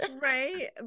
right